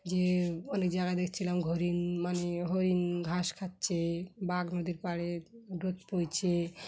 যে অনেক জায়গায় দেখছিলাম হরিণ মানে হরিণ ঘাস খাচ্ছে বাঘ নদীর পাড়ে রোদ পোয়াচ্ছে